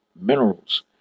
minerals